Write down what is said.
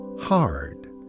hard